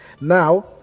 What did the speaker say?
Now